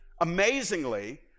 Amazingly